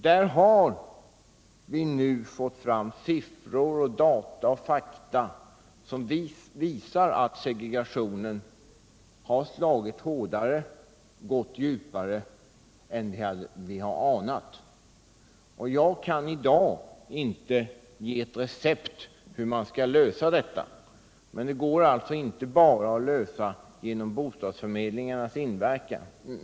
Vi har där fått fram siffror och andra fakta som visar att segregationen slagit hårdare och gått djupare än vi hade anat. Jag kan i dag inte ge ett recept på hur man skall lösa detta problem. Men det går inte att lösa bara genom bostadsförmedlingarnas medverkan.